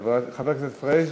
חבר הכנסת פריג',